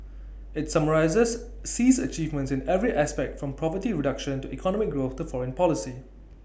IT summarises Xi's achievements in every aspect from poverty reduction to economic growth to foreign policy